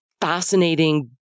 fascinating